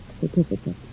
certificate